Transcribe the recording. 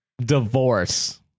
Divorce